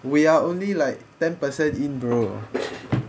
we are only like ten percent in bro